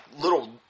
little